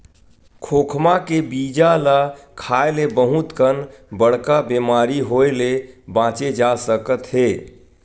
खोखमा के बीजा ल खाए ले बहुत कन बड़का बेमारी होए ले बाचे जा सकत हे